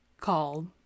call